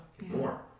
More